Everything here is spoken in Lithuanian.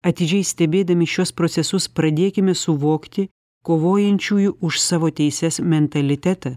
atidžiai stebėdami šiuos procesus pradėkime suvokti kovojančiųjų už savo teises mentalitetą